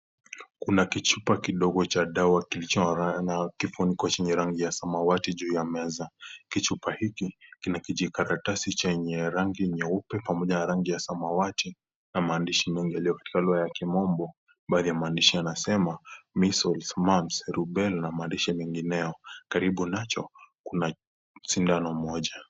Kuna kichupa kidogo cha dawa kilicho na kifuniko chenye rangi ya samawati juu ya meza. Kichupa hiki kina kijikaratasi chenye rangi nyeupe pamoja na rangi ya samawati na maandishi mengi yaliyo katika lugha ya kimombo. Baadhi ya maandishi yanasema: Measles, Mumps, Rubella na maandishi mengineo. Karibu nacho kuna sindano moja.